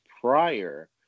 prior